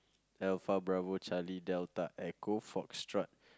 alpha bravo Charlie delta echo Foxtrot